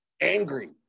angry